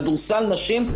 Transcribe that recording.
כדורסל נשים,